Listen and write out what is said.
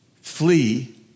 Flee